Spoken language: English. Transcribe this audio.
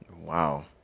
wow